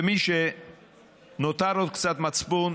ומי שנותר לו עוד קצת מצפון,